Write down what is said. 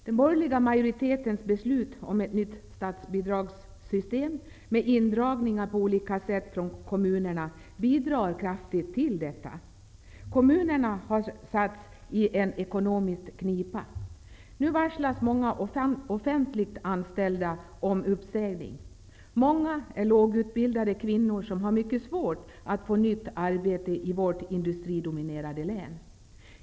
Den borgerliga majoritetens beslut om ett nytt statsbidragssystem, med indragningar på olika sätt från kommunerna, bidrar kraftigt till detta. Kommunerna har satts i en ekonomisk knipa. Nu varslas många offentligt anställda om uppsägning. Många är lågutbildade kvinnor som har mycket svårt att få nytt arbete i vårt industridominerade län.